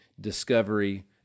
discovery